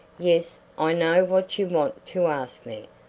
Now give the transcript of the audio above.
yes, i know what you want to ask me.